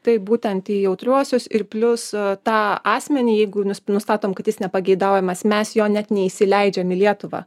tai būtent į jautriuosius ir plius a tą asmenį jeigu nus nustatom kad jis nepageidaujamas mes jo net neįsileidžiam į lietuvą